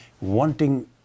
wanting